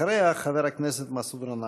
אחריה, חבר הכנסת מסעוד גנאים.